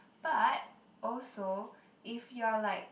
but also if you're like